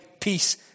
peace